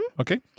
Okay